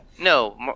No